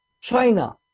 China